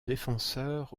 défenseur